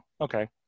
Okay